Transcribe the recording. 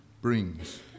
brings